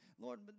Lord